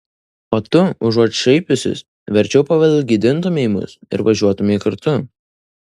o tu užuot šaipiusis verčiau pavalgydintumei mus ir važiuotumei kartu